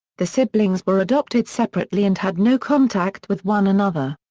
the siblings were adopted separately and had no contact with one another.